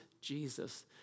Jesus